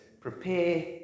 prepare